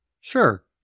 Sure